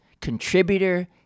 contributor